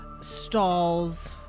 stalls